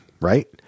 right